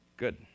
Good